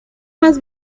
más